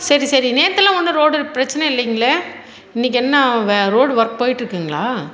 சரி சரி நேற்றுலாம் ஒன்றும் ரோடு பிரச்சனை இல்லைங்களே இன்றைக்கி என்ன வே ரோடு ஒர்க் போயிட்டிருக்குங்களா